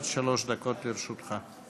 עד שלוש דקות לרשותך.